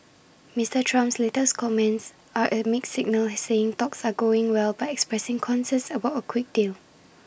Mister Trump's latest comments are A mixed signal saying talks are going well but expressing concern about A quick deal